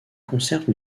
conserve